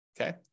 okay